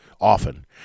Often